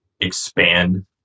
expand